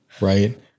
Right